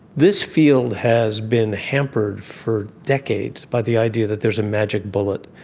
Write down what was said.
this field has been hampered for decades by the idea that there is a magic bullet,